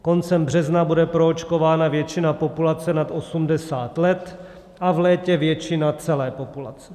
Koncem března bude proočkována většina populace nad 80 let a v létě většina celé populace.